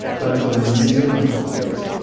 but for the new zealand context,